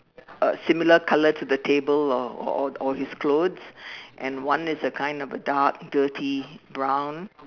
uh similar colour to the table or or or his clothes and one is a kind of a dark dirty brown